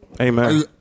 Amen